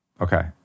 okay